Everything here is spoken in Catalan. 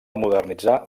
modernitzar